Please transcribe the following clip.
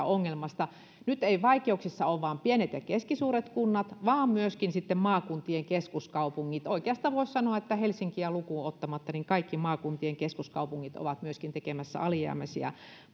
ongelmasta nyt eivät vaikeuksissa ole vain pienet ja keskisuuret kunnat vaan myöskin maakuntien keskuskaupungit oikeastaan voisi sanoa että helsinkiä lukuun ottamatta myöskin kaikki maakuntien keskuskaupungit ovat tekemässä alijäämäisiä